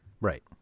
Right